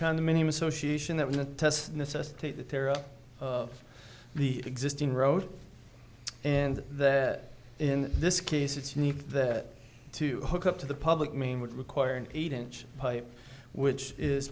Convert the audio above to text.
condominium association that would attest necessitate the terror of the existing road and that in this case it's unique that to hook up to the public main would require an eight inch pipe which is